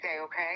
okay